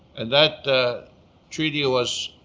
and that treaty was